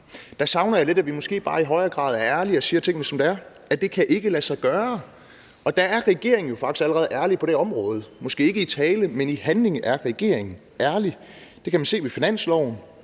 Der savner jeg lidt, at vi måske bare i højere grad er ærlige og siger tingene, som de er, nemlig at det ikke kan lade sig gøre. Der er regeringen jo faktisk allerede ærlig på det område. Måske er den det ikke i tale, men i handling er regeringen ærlig. Det kan man se på finansloven.